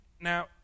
now